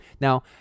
now